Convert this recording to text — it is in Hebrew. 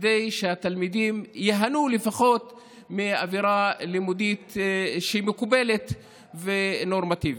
כדי שהתלמידים ייהנו לפחות מאווירה לימודית מקובלת ונורמטיבית.